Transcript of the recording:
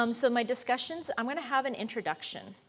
um so my discussions, i'm going to have an introduction.